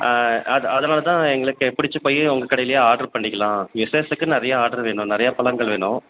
ஆ அதுனால தான் எங்களுக்கு பிடிச்சி போய் உங்கள் கடையிலேயே ஆர்டர் பண்ணிக்கலாம் விசேஷத்துக்கு நிறையா ஆர்டர் வேணும் நிறையா பழங்கள் வேணும்